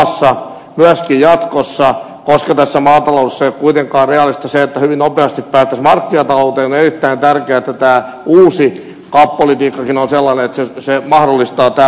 koska maataloudessa ei ole kuitenkaan realistista se että hyvin nopeasti päästäisiin markkinatalouteen on erittäin tärkeää että tämä uusi kauppapolitiikkakin on sellainen että se mahdollistaa täällä toimimisen